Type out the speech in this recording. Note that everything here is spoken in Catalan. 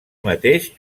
mateix